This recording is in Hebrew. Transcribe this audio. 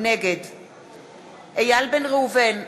נגד איל בן ראובן,